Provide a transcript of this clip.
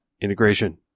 integration